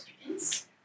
students